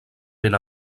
ben